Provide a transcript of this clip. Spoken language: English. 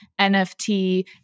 NFT